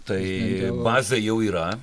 tai bazę jau yra